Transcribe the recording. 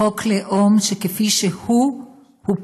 חוק לאום שכפי שהוא, הוא פוגע: